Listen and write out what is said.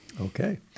Okay